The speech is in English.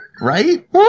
Right